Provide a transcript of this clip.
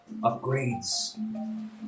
upgrades